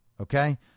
Okay